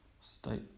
state